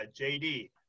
JD